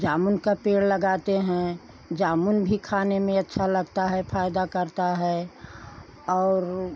जामुन का पेड़ लगाते हैं जामुन भी खाने में अच्छा लगता है फ़ायदा करता है और वह